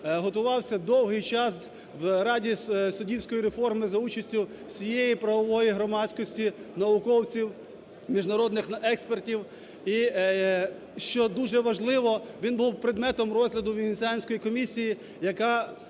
готувався довгий час в Раді суддівської реформи за участю всією правової громадськості, науковців, міжнародних експертів. І що дуже важливо, він був предметом розгляду Венеціанської комісії, яка